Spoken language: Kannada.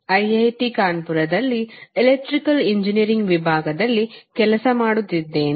ಐಐಟಿ ಕಾನ್ಪುರದಲ್ಲಿ ಎಲೆಕ್ಟ್ರಿಕಲ್ ಎಂಜಿನಿಯರಿಂಗ್ ವಿಭಾಗದಲ್ಲಿ ಕೆಲಸ ಮಾಡುತ್ತಿದ್ದೇನೆ